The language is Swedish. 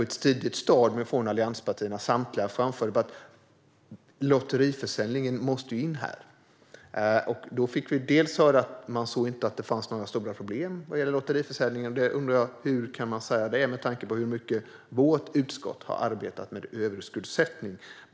Samtliga allianspartier framförde på ett tidigt stadium att lotteriförsäljningen måste tas in här. Då fick vi höra att regeringen inte såg några stora problem med lotteriförsäljningen. Jag undrar hur den kan säga det med tanke på hur mycket vårt utskott har arbetat med överskuldsättning.